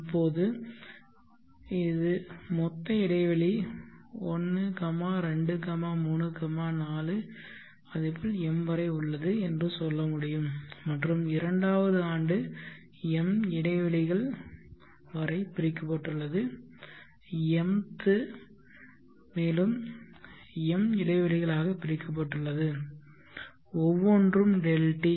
இப்போது இது மொத்த இடைவெளி 1234 m வரை உள்ளது என்று சொல்ல முடியும் மற்றும் 2 வது ஆண்டு m இடைவெளிகள் வரை பிரிக்கப்பட்டுள்ளது mth மேலும் m இடைவெளிகள் ஆக பிரிக்கப்பட்டுள்ளது ஒவ்வொன்றும் Δt